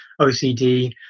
OCD